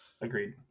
agreed